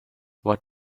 what